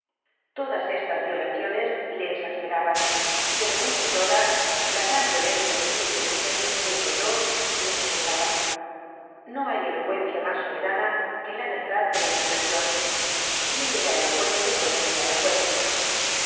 todas estas violaciones le exasperaban pero entre todas la gran violencia de le sublevaba no hay elocuencia mas soberana que la verdad de la indignacion y él era elocuente con esta elocuencia